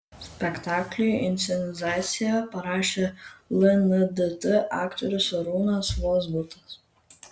spektakliui inscenizaciją parašė lndt aktorius arūnas vozbutas